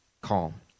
calm